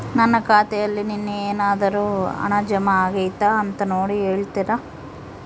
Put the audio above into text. ನನ್ನ ಖಾತೆಯಲ್ಲಿ ನಿನ್ನೆ ಏನಾದರೂ ಹಣ ಜಮಾ ಆಗೈತಾ ಅಂತ ನೋಡಿ ಹೇಳ್ತೇರಾ?